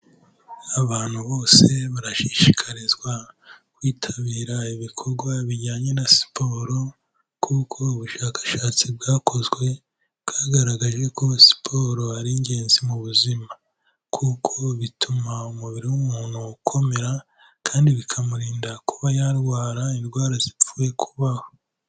Abantu bose barashishikarizwa kwitabira ibikorwa bijyanye na siporo, kuko ubushakashatsi bwakozwe bwagaragaje ko siporo ari ingenzi mu buzima, kuko bituma umubiri w'umuntu ukomera kandi bikamurinda kuba yarwara indwara zipfuye kubaho.